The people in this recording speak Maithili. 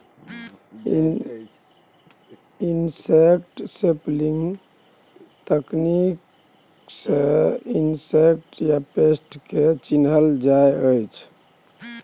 इनसेक्ट सैंपलिंग तकनीक सँ इनसेक्ट या पेस्ट केँ चिन्हल जाइ छै